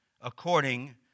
according